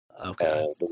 Okay